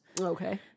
Okay